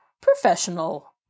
professional